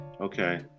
Okay